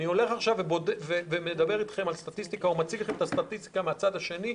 אני מציג לכם עכשיו את הסטטיסטיקה מהצד השני.